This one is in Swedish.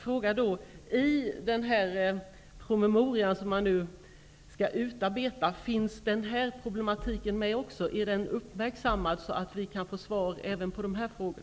Finns den här problematiken med i den promemoria som skall utarbetas? Är den uppmärksammad där, så att vi kan få svar även på dessa frågor?